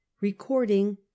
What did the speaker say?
Recording